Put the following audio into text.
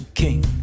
king